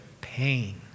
pain